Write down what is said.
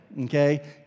Okay